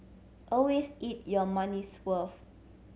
always eat your money's worth